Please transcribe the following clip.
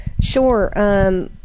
Sure